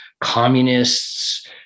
communists